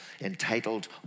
entitled